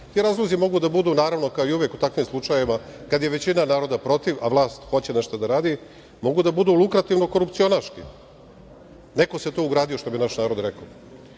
ti razlozi mogu da budu kao i uvek u takvim slučajevima, kada je većina naroda protiv, a vlast hoće nešto da radi, mogu da budu lukrativno korupcionaški. Neko se to ugradio, što bi naš narod rekao,